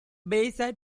bayside